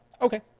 okay